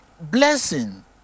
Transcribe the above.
blessing